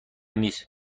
نیس